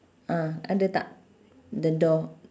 ah ada tak the door